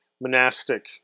Monastic